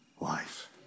life